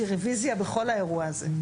לרוויזיה בכל האירוע הזה.